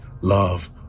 love